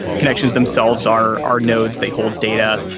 connections themselves are are nodes. they hold data.